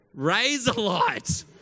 Razorlight